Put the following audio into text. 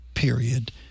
period